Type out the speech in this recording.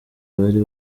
bari